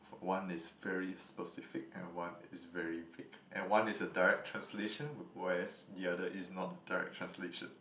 one is very specific and one is very vague and one is a direct translation whereas the other is not a direct translation